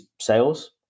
sales